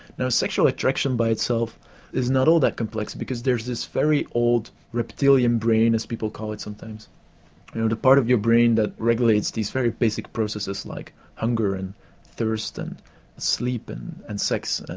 now sexual attraction by itself is not all that complex because there is this very old reptilian brain, as people call it sometimes, the part of your brain that regulates these very basic processes like hunger, and thirst, and sleep and and sex. and